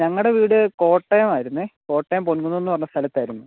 ഞങ്ങളുടെ വീട് കോട്ടയം ആയിരുന്നേ കോട്ടയം പൊൻകുന്നമെന്നു പറഞ്ഞ സ്ഥലത്തായിരുന്നു